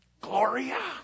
Gloria